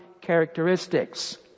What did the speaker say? characteristics